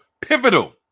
pivotal